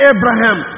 Abraham